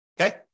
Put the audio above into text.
okay